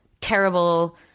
terrible